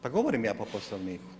Pa govorim ja po Poslovniku.